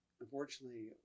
unfortunately